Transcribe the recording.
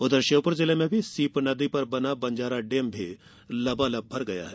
उधर श्योपुर जिले में सीप नदी पर बना बंजारा डेम लबालब भर गया है